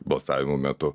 balsavimo metu